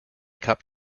cup